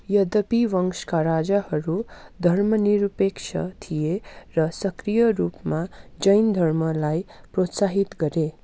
यद्यपि वंशका राजाहरू धर्मनिरपेक्ष थिए र सक्रिय रूपमा जैन धर्मलाई प्रोत्साहित गरे